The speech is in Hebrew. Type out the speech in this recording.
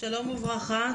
שלום וברכה,